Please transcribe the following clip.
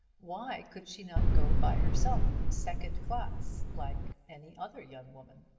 why could she not go by herself, second class, like any other young woman?